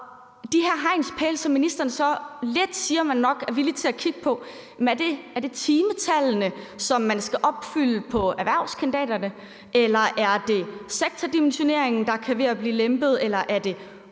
de her hegnspæle, som ministeren så lidt siger at man nok er villig til at kigge på, er det timetallene, som man skal opfylde på erhvervskandidaterne, eller er det sektordimensioneringen, der kan være ved at blive lempet,